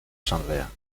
asamblea